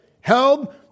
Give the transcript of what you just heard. held